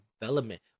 development